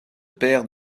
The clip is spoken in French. père